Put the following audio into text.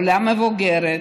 עולה מבוגרת,